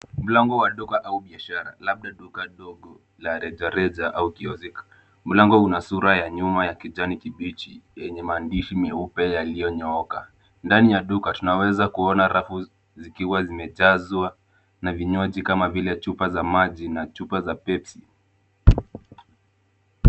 Mlango wa duka au biashara, labda duka dogo la rejareja au kioski. Mlango una sura ya nyuma ya kijani kibichi yenye maandishi meupe yaliyonyooka. Ndani ya duka tunaweza kuona rafu zikiwa zimejazwa na vinywaji kama vile chupa za maji na chupa za pepsi.